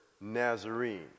Nazarene